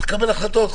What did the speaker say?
יש לקבל החלטות.